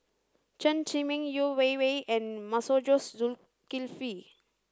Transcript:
Chen Zhiming Yeo Wei Wei and Masagos Zulkifli